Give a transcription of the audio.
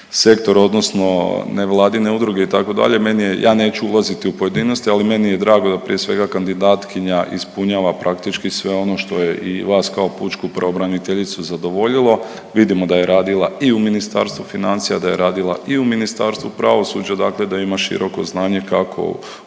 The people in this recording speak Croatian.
sektor odnosno nevladine udruge itd. Meni je, ja neću ulaziti u pojedinosti ali meni je drago da prije svega kandidatkinja ispunjava praktički sve ono što je i vas kao pučku pravobraniteljicu zadovoljilo. Vidimo da je radila i u Ministarstvu financija, da je radila i u Ministarstvu pravosuđa, dakle da ima široko znanje kako o